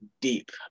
deep